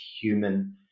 human